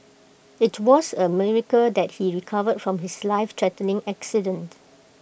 IT was A miracle that he recovered from his lifethreatening accident